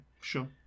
sure